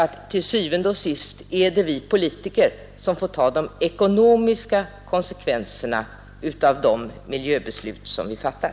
Til syvende og sidst är det nämligen vi politiker som får ta de ekonomiska konsekvenserna av de miljöbeslut vi fattar.